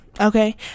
okay